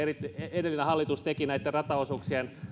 edellinen hallitus teki näiden rataosuuksien